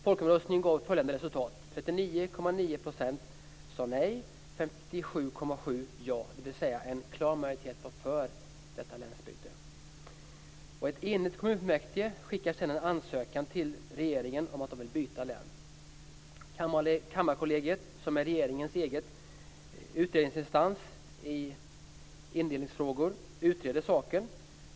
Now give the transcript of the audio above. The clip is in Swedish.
Folkomröstningen gav följande resultat: 39,9 % sade nej och 57,7 % sade ja, dvs. en klar majoritet var för detta länsbyte. Ett enigt kommunfullmäktige skickade sedan ansökan till regeringen om att man vill byta län. Kammarkollegiet, som är regeringens egen utredningsinstans i indelningsfrågor, utredde saken.